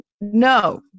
no